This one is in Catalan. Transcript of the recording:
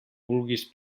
vulguis